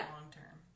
long-term